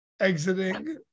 exiting